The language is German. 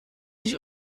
sich